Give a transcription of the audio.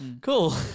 Cool